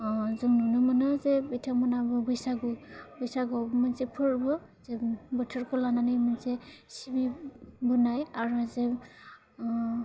जों नुनो मोनो जे बिथांमोनाबो बैसागु बैसागुआ मोनसे फोरबो जों बोथोरखौ लानानै मोनसे सिबिबोनाय आरो जे